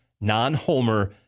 non-Homer